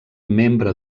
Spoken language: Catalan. membre